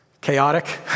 chaotic